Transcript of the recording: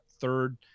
third